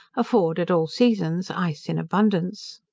afford, at all seasons, ice in abundance.